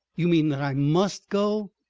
you mean that i must go.